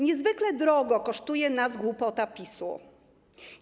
Niezwykle drogo kosztuje nas głupota PiS-u.